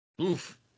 Oof